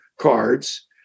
cards